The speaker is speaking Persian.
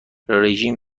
رژیم